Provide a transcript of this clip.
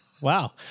Wow